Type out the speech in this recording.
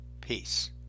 Peace